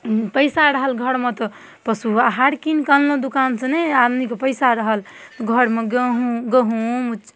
पैसा रहल घरमे तऽ पशु आहार कीन कऽ अनलहुॅं दोकान सँ नहि आदमी के पैसा रहल घरमे गेहूँ गहूँम